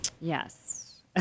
Yes